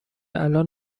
الان